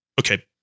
Okay